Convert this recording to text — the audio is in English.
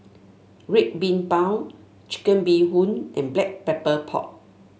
Red Bean Bao Chicken Bee Hoon and Black Pepper Pork